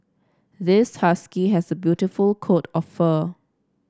this husky has a beautiful coat of fur